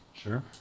Sure